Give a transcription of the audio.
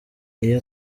iyo